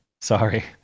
Sorry